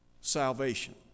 salvation